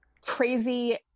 crazy